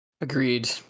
Agreed